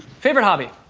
favorite hobby?